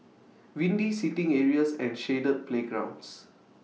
windy seating areas and shaded playgrounds